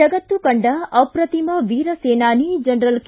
ಜಗತ್ತು ಕಂಡ ಅಪ್ರತಿಮ ವೀರಸೇನಾನಿ ಜನರಲ್ ಕೆ